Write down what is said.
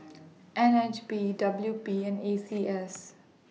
N H B W P and A C S